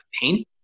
pain